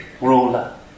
ruler